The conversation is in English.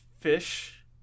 fish